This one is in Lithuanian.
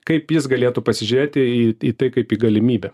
kaip jis galėtų pasižiūrėti į tai kaip į galimybę